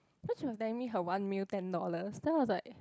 cause she was telling me her one meal ten dollars then I was like